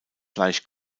fleisch